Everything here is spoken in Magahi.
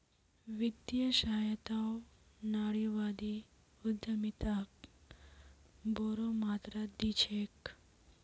वित्तीय सहायताओ नारीवादी उद्यमिताक बोरो मात्रात दी छेक